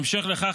בהמשך לכך,